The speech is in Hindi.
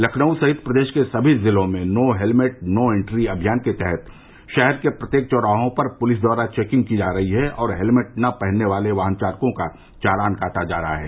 लखनऊ सहित प्रदेश के समी जिलों में नो हेलमेट नो एन्ट्री अभियान के तहत शहर के प्रत्येक चौराहों पर पुलिस द्वारा चैकिंग की जा रही है और हेलमेट न पहनने वाले वाहन चालकों का चालान काटा जा रहा है